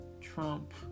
Trump